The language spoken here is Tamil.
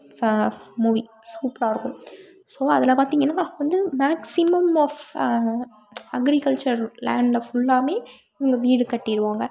ஃப மூவி சூப்பராக இருக்கும் ஸோ அதில் பார்த்திங்கன்னா அப்போ வந்து மேக்ஸிமம் அக்ரிகல்ச்சர் லேண்டில் ஃபுல்லாகவே இவங்க வீடு கட்டிருவாங்க